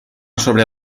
sobre